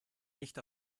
nicht